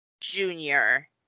Junior